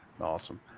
Awesome